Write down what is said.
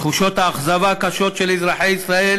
תחושות האכזבה הקשות של אזרחי ישראל